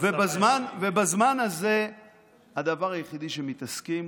בזמן הזה הדבר היחיד שמתעסקים